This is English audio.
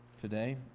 today